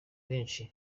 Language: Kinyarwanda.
benshi